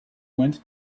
went